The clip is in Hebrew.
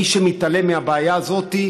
מי שמתעלם מהבעיה הזאת,